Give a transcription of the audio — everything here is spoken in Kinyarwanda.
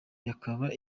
bakaba